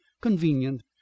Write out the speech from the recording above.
convenient